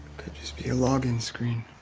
could just be a login screen.